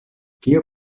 kio